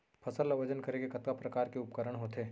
फसल ला वजन करे के कतका प्रकार के उपकरण होथे?